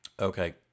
Okay